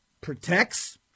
protects